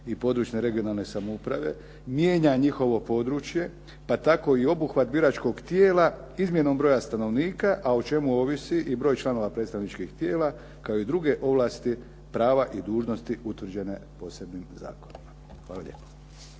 i područne (regionalne) samouprave mijenja njihov područje pa tako i obuhvat biračkog tijela izmjenom broja stanovnika, a o čemu ovisi i broj članova predstavničkih tijela, kao i druge ovlasti, prava i dužnosti utvrđene posebnim zakonima. Hvala lijepo.